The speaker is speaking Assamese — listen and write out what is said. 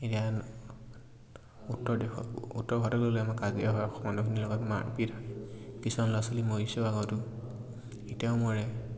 এতিয়া উত্তৰ দেশ উত্তৰ ভাৰতলৈ গ'লে আমাৰ কাজিয়া হয় অসমৰখিনিৰ লগত মাৰপিট হয় কিছুমান ল'ৰা ছোৱালী মৰিছেও আগত এতিয়াও মৰে